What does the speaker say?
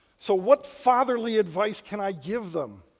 so, what fatherly advice can i give them?